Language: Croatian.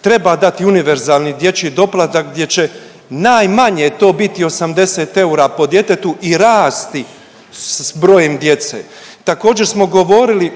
treba dati univerzalni dječji doplatak gdje će najmanje to biti 80 eura po djetetu i rasti s brojem djece. Također smo govorili